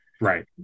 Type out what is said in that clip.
Right